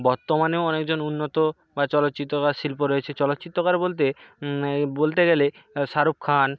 বর্তমানেও অনেকজন উন্নত বা চলচ্চিত্রকার শিল্প রয়েছে চলচ্চিত্রকার বলতে এই বলতে গেলে শারুক খান